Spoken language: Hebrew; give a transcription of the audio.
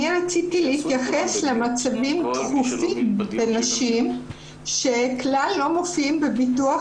רציתי להתייחס למצבים דחופים בנשים שכלל לא מופיעים בביטוח